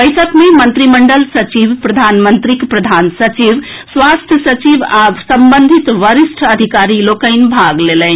बैसक मे मंत्रिमंडल सचिव प्रधानमंत्रीक प्रधान सचिव स्वास्थ्य सचिव आ संबंधित वरिष्ठ अधिकारी लोकनि भाग लेलनि